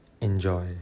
Enjoy